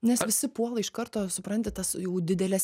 nes visi puola iš karto supranti tas jau dideles